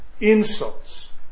Insults